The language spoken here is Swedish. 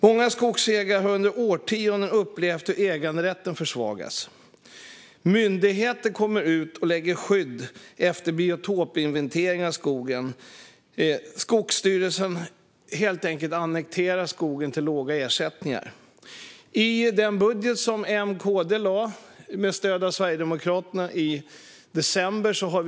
Många skogsägare har under årtionden upplevt hur äganderätten försvagats. Myndigheter lägger skydd på skogen efter biotopinventering, och Skogsstyrelsen annekterar skogen till låga ersättningar. Enligt den budget som M och KD fick igenom i december med stöd av Sverigedemokraterna ska detta stoppas.